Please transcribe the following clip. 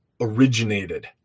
originated